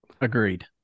agreed